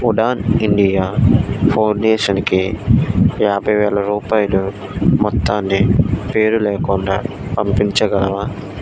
Udaan India ఫౌండేషన్కి యాభై వేల రూపాయలు మొత్తాన్నిపేరు లేకుండా పంపించగలవా